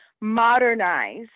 modernize